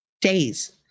days